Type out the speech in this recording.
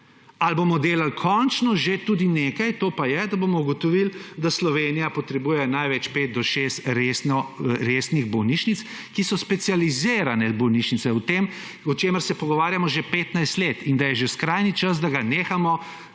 Ali pa bomo delali končno že tudi nekaj – to pa je, da bomo ugotovili, da Slovenija potrebuje največ 5 do 6 resnih bolnišnic, ki so specializirane bolnišnice, o čemer se pogovarjamo že 15 let. In da je že skrajni čas, da ga nehamo